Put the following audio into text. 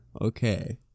Okay